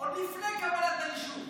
עוד לפני קבלת האישור.